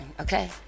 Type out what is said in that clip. okay